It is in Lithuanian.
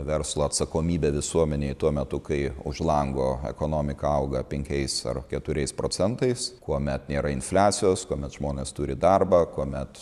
verslo atsakomybę visuomenei tuo metu kai už lango ekonomika auga penkiais ar keturiais procentais kuomet nėra infliacijos kuomet žmonės turi darbą kuomet